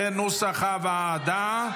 כנוסח הוועדה.